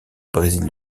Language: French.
brésil